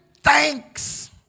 thanks